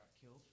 killed